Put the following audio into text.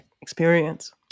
experience